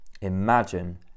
Imagine